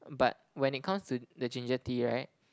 but when it comes to the ginger tea right